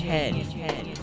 Head